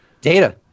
Data